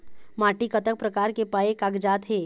माटी कतक प्रकार के पाये कागजात हे?